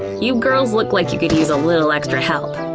you girls look like you could use a little extra help.